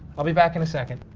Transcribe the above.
i'll be back in a second.